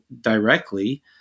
directly